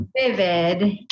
vivid